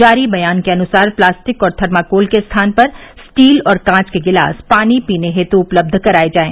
जारी बयान के अनुसार प्लास्टिक और थर्माकोल के स्थान पर स्टील और कांच के गिलास पानी पीने हेतु उपलब्ध कराये जाये